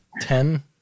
Ten